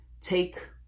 take